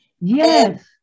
Yes